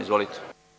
Izvolite.